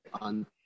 on